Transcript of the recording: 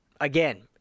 Again